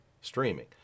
streaming